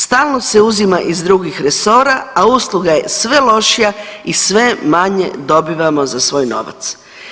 Stalno se uzima iz drugih resora, a usluga je sve lošija i sve manje dobivamo za svoj novac.